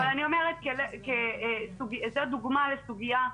אבל אני נותנת דוגמה לסוגיה,